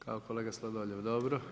Kao kolega Sladoljev, dobro.